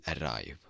arrive